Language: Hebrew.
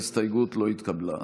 ההסתייגות לא התקבלה.